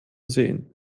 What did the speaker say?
sehen